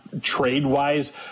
trade-wise